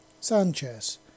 Sanchez